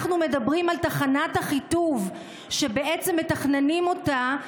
אנחנו מדברים על תחנת אחיטוב, שמתכננים אותה,